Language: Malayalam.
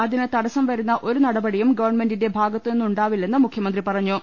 അതിനു തടസം വരുന്ന ഒരു നടപടിയും ഗവൺമെന്റിന്റെ ഭാഗത്തു നിന്നു ണ്ടാവില്ലെന്ന് മുഖ്യമന്ത്രി പറഞ്ഞു